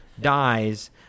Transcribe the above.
dies